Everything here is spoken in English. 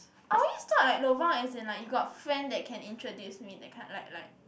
I always thought like lobang as in like you got friend that can introduce me that kind like like